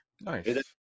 Nice